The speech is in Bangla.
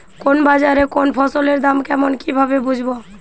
কোন বাজারে কোন ফসলের দাম কেমন কি ভাবে বুঝব?